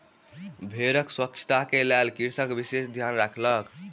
भेड़क स्वच्छता के लेल कृषक विशेष ध्यान रखलक